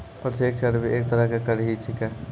प्रत्यक्ष कर भी एक तरह के कर ही छेकै